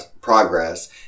progress